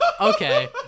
Okay